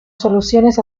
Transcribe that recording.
soluciones